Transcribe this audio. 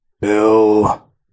bill